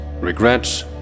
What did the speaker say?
regrets